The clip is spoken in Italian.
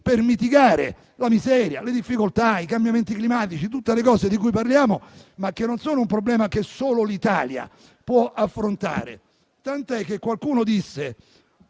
per mitigare la miseria, le difficoltà, i cambiamenti climatici, tutte le cose di cui parliamo ma che non sono un problema che solo l'Italia può affrontare. Qualcuno disse